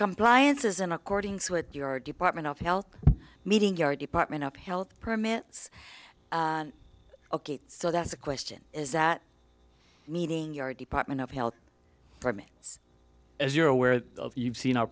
compliance isn't according to what your department of health meeting our department of health permits so that's a question is that meeting your department of health for me as you're aware of you've seen our